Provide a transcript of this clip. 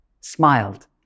smiled